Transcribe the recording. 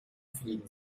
fliegen